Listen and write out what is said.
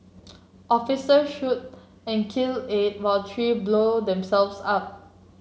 officers shoot and kill eight while three blow themselves up